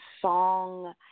song